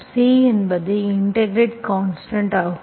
C என்பது integrate constant ஆகும்